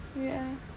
ya